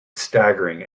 staggering